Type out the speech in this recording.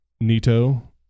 Nito